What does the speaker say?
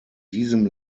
diesem